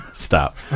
stop